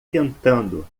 tentando